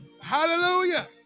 Hallelujah